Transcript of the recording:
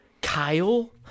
Kyle